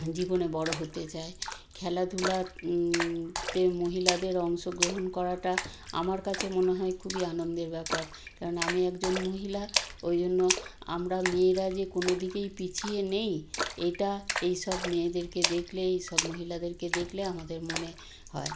জীবনে বড়ো হতে চায় খেলাধুলা তে মহিলাদের অংশগ্রহণ করাটা আমার কাছে মনে হয় খুবই আনন্দের ব্যাপার কারণ আমি একজন মহিলা ওই জন্য আমরা মেয়েরা যে কোনো দিকেই পিছিয়ে নেই এটা এই সব মেয়েদেরকে দেখলে এই সব মহিলাদেরকে দেখলে আমাদের মনে হয়